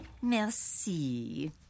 Merci